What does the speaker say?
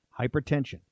Hypertension